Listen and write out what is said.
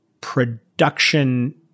production